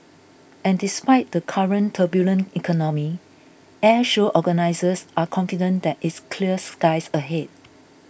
and despite the current turbulent economy Airshow organisers are confident that it's clear skies ahead